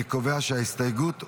אני קובע שההסתייגות הוסרה.